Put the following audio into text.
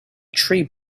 tree